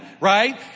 right